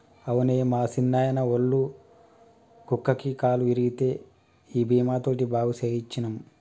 అవునే మా సిన్నాయిన, ఒళ్ళ కుక్కకి కాలు ఇరిగితే ఈ బీమా తోటి బాగు సేయించ్చినం